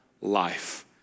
life